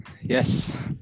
yes